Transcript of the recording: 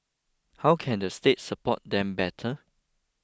how can the state support them better